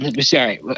sorry